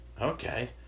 okay